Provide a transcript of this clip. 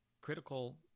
critical